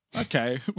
Okay